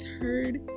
heard